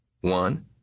One